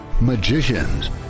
magicians